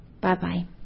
bye-bye